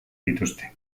dituzte